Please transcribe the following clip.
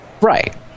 Right